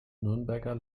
nürnberger